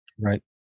Right